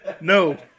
no